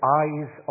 eyes